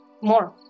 more